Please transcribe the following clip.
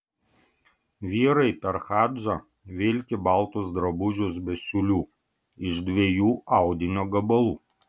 vyrai per hadžą vilki baltus drabužius be siūlių iš dviejų audinio gabalų